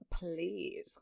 please